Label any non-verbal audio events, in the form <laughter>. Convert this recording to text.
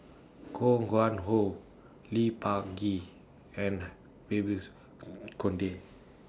<noise> Koh Nguang How Lee Peh Gee and Babes <noise> Conde